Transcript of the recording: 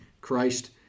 Christ